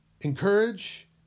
encourage